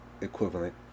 Equivalent